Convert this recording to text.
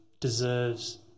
deserves